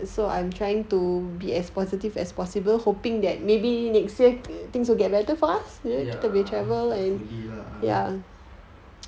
ya hopefully lah